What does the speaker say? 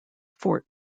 fort